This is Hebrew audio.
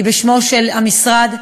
היא בשמו של המשרד.